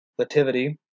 lativity